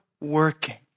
working